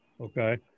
Okay